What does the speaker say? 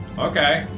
okay.